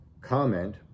comment